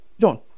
John